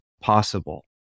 possible